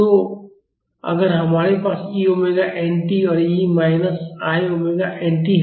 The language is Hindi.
तो अगर हमारे पास ई ओमेगा एनटी और e minus i omega n t है